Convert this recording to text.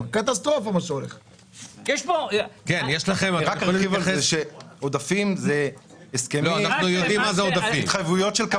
כתוב על זה שעודפים זה הסכמים על התחייבויות של קבלנים.